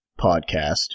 podcast